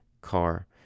car